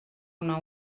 una